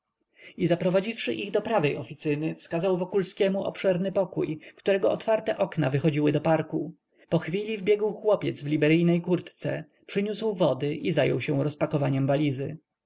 i zaprowadziwszy ich do prawej oficyny wskazał wokulskiemu obszerny pokój którego otwarte okna wychodziły do parku pochwili wbiegł chłopiec w liberyjnej kurtce przyniósł wody i zajął się rozpakowaniem walizy